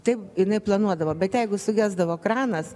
taip jinai planuodavo bet jeigu sugesdavo kranas